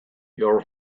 your